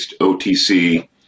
OTC